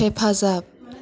हेफाजाब